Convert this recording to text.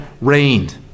rained